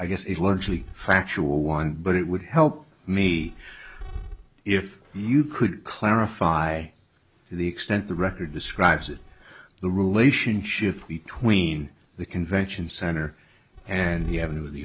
i guess it largely factual one but it would help me if you could clarify the extent the record describes it the rule asian ship between the convention center and the avenue the